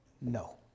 no